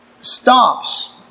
stops